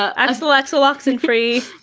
ah axel-axel-oxen-free!